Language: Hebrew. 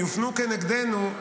יופנו כנגדנו,